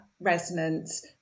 resonance